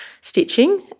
stitching